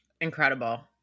incredible